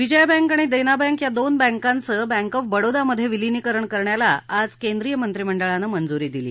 Vijaya bank आणि Dena bank या दोन बँकांचं बँक ऑफ बडोदामध्ये विलीनीकरण करण्याला आज केंद्रीय मंत्रीमंडळानं मंजुरी दिली